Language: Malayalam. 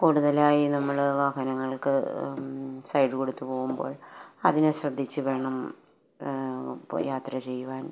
കൂടുതലായി നമ്മള് വാഹനങ്ങൾക്ക് സൈഡ് കൊടുത്ത് പോകുമ്പോൾ അതിനെ ശ്രദ്ധിച്ചുവേണം യാത്ര ചെയ്യുവാൻ